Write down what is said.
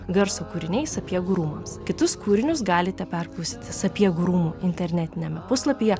garso kūriniai sapiegų rūmams kitus kūrinius galite perklausyti sapiegų rūmų internetiniame puslapyje